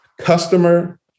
customer